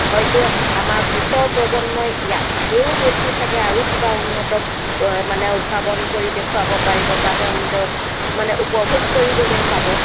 হয়তো আমাৰ পিছৰ প্ৰজন্মই ইয়াতকেও বেছি চাগৈ আৰু কিবা উন্নত মানে উদ্ভাৱন কৰি দেখোৱাব পাৰিব বা তেওঁলোকেও মানে উপভোগ কৰিবলৈ পাব